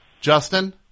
justin